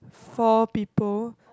four people